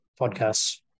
podcasts